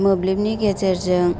मोब्लिबनि गेजेरजों